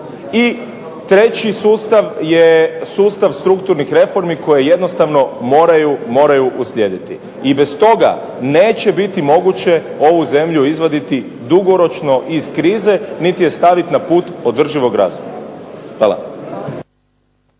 I treći sustav je sustav strukturnih reformi koje jednostavno moraju uslijediti. I bez toga neće biti moguće ovu zemlju izvaditi dugoročno iz krize niti je staviti na put održivog razvoja. Hvala.